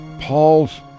Paul's